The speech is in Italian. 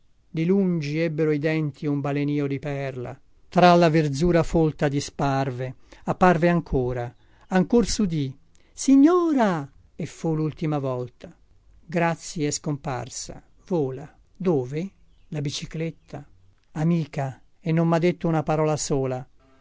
di lungi ebbero i denti un balenio di perla tra la verzura folta disparve apparve ancora ancor sudì signora e fu lultima volta grazia è scomparsa vola dove la bicicletta amica e non mha detta una parola sola